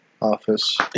Office